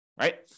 right